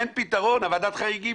ועדת החריגים